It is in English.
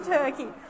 turkey